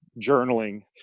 journaling